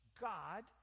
God